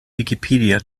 wikipedia